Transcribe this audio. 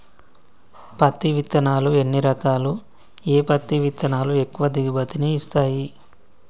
పత్తి విత్తనాలు ఎన్ని రకాలు, ఏ పత్తి విత్తనాలు ఎక్కువ దిగుమతి ని ఇస్తాయి?